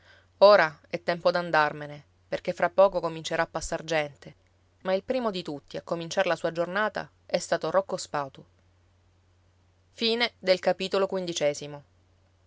ora è tempo d'andarmene perché fra poco comincierà a passar gente ma il primo di tutti a cominciar la sua giornata è stato rocco spatu